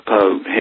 Pope